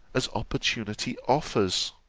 as opportunity offers